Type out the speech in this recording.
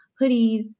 hoodies